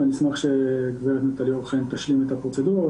ואני אשמח שגברת נטלי אור חן תשלים את הפרוצדורה.